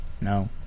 No